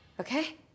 Okay